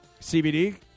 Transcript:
CBD